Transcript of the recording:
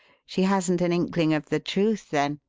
she hasn't an inkling of the truth, then?